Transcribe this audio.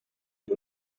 byo